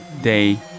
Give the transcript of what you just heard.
Day